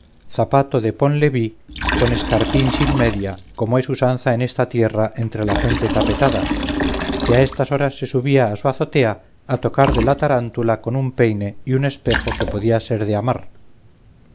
zapato de ponleví con escarpín sin media como es usanza en esta tierra entre la gente tapetada que a estas horas se subía a su azotea a tocar de la tarántula con un peine y un espejo que podía ser de armar